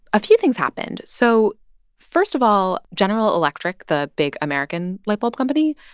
a few things happened. so first of all, general electric, the big, american light bulb company,